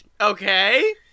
Okay